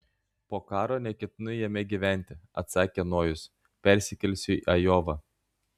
po karo neketinu jame gyventi atsakė nojus persikelsiu į ajovą